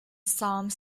some